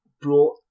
brought